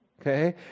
Okay